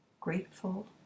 Grateful